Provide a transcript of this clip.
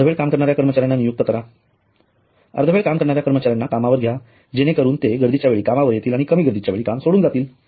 अर्धवेळ काम करणाऱ्या कर्मचाऱ्यांना नियुक्त करा अर्धवेळ काम करणाऱ्या कर्मचाऱ्यांना कामावर घ्या जेणेकरून ते गर्दीच्या वेळी कामावर येतील आणि कमी गर्दीच्यावेळी काम सोडून जातील